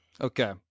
okay